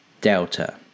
Delta